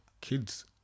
kids